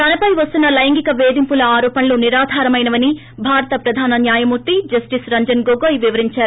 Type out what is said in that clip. తనపై వస్తున్న లైంగిక వేధింపుల ఆరోపణలు నిరాధారమైనవని భారత ప్రధాన న్నాయమూర్తి ్జస్విస్ రంజన్ గగోయ్ వివరించారు